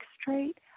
straight